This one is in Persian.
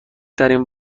ترین